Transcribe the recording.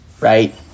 Right